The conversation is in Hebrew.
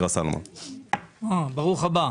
ברוך הבא.